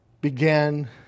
began